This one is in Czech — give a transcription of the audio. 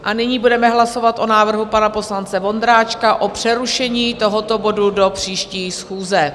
A nyní budeme hlasovat o návrhu pana poslance Vondráčka o přerušení tohoto bodu do příští schůze.